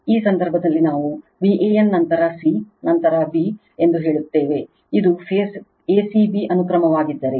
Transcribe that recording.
ಈ ಸಂದರ್ಭದಲ್ಲಿ ನಾವು Van ನಂತರ c ಮತ್ತು ನಂತರ bಎಂದು ಹೇಳಿದ್ದೇವೆ ಇದು ಫೇಸ್ a c b ಅನುಕ್ರಮವಾಗಿದ್ದರೆ